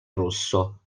rosso